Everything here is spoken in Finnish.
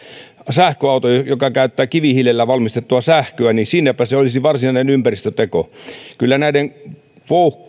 sähköauton joka käyttää kivihiilellä valmistettua sähköä niin siinäpä se olisi varsinainen ympäristöteko kyllä näiden